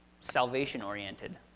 salvation-oriented